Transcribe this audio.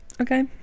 okay